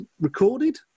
recorded